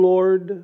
Lord